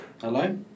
Hello